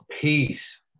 Peace